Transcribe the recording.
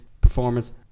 performance